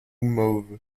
mauves